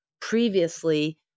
previously